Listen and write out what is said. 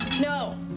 No